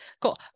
Cool